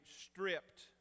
stripped